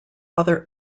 other